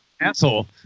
asshole